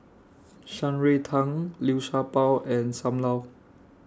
Shan Rui Tang Liu Sha Bao and SAM Lau